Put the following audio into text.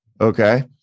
Okay